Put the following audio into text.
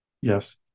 Yes